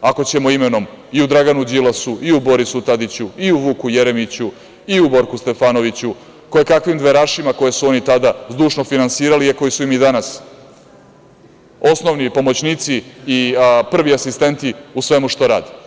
ako ćemo imenom, i u Draganu Đilasu, i u Borisu Tadiću, i u Vuku Jeremiću, i u Borku Stefanoviću, kojekakvim dverašima koje su oni tada zdušno finansirali a koji su im i danas osnovni pomoćnici i prvi asistenti u svemu što rade.